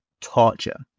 torture